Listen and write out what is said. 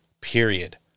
period